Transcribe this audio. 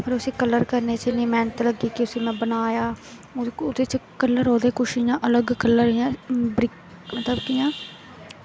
फिर उसी कल्लर करने च इन्नी मैह्नत लग्गी कि उसी में बनाया कल्लर ओह्दे किश अलग कल्लर इ'यां मतलब कि इ'यां